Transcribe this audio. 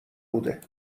بوده